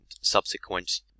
subsequent